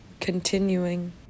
continuing